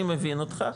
אני מבין אותך,